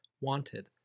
wanted